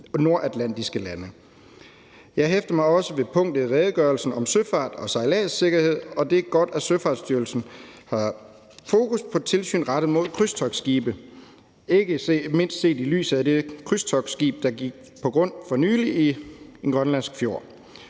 nordatlantiske lande. Jeg hæfter mig også ved punktet i redegørelsen om søfart og sejladssikkerhed. Det er godt, at Søfartsstyrelsen har fokus på tilsyn rettet mod krydstogtskibe, ikke mindst med tanke på det krydstogtskib, der for nylig gik på grund i en grønlandsk fjord.